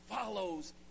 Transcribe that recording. follows